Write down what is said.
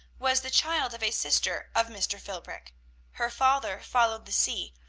was the child of a sister of mr. philbrick her father followed the sea,